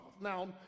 Now